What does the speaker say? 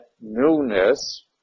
newness